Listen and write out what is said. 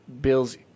Bill's